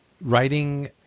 writing